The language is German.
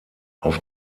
auf